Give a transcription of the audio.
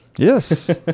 Yes